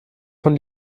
von